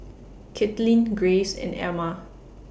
Katlin Graves and Emma